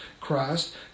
christ